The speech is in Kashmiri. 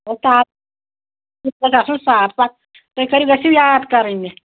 یِتھ پٲٹھۍ آسان تُہۍ کٔرِو گٔژھِو یاد کَرٕنۍ مےٚ